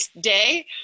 day